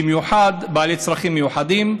במיוחד בעלי צרכים מיוחדים,